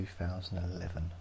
2011